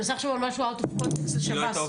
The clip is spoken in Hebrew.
אני מנסה לחשוב על משהו אאוט אוף קונטקסט של שב"ס.